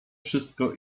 wszystko